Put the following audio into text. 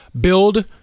build